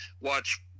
Watch